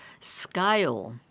scale